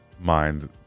mind